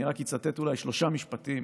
אני רק אצטט אולי שלושה משפטים